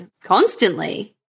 constantly